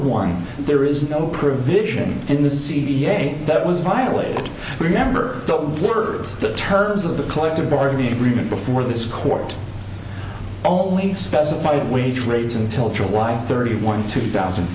one there is no provision in the ca that was violated remember the words the terms of the collective bargaining agreement before this court only specified wage rates until july thirty one two thousand